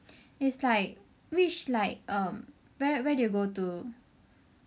is like which like um where do you go to